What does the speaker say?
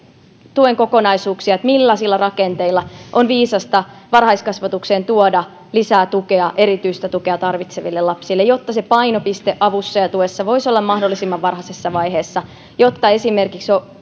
tuen kokonaisuuksia että millaisilla rakenteilla on viisasta varhaiskasvatukseen tuoda lisää tukea erityistä tukea tarvitseville lapsille jotta se painopiste avussa ja tuessa voisi olla mahdollisimman varhaisessa vaiheessa jotta esimerkiksi